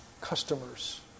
customers